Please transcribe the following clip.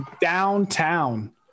downtown